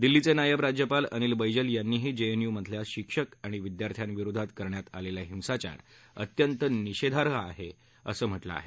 दिल्लीचे नायब राज्यपाल अनिल बस्तिल यांनीही जेएनयूमधला शिक्षक आणि विद्यार्थ्यांविरोधात करण्यात आलेला हिंसाचार अत्यंत निषेधाई असल्याचं म्हटलं आहे